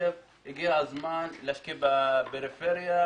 חושב שהגיע הזמן להשקיע בפריפריה,